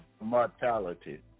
mortality